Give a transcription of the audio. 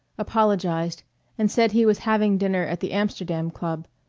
apologized and said he was having dinner at the amsterdam club,